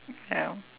ya